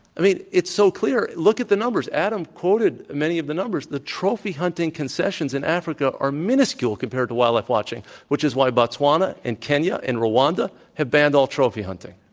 i mean, it's so clear. look at the numbers. adam quoted many of the numbers. the trophy hunting concessions in africa are miniscule compared to wildlife watching which is why botswana and kenya and rwanda have banned all trophy hunting.